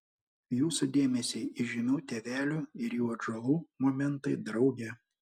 jūsų dėmesiui įžymių tėvelių ir jų atžalų momentai drauge